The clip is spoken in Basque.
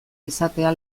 izatea